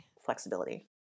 flexibility